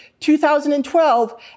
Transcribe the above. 2012